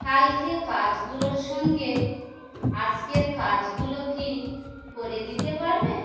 কালকে কাজগুলোর সঙ্গে আজকের কাজগুলো কি করে দিতে পারবে